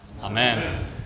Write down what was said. Amen